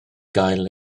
gael